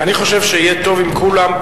אני חושב שיהיה טוב אם כולם,